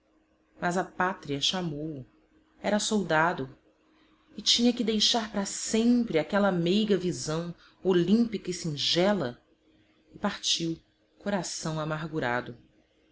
mas a pátria chamou-o era soldado e tinha que deixar pra sempre aquela meiga visão olímpica e singela e partiu coração amargurado